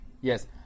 Yes